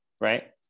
right